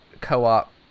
co-op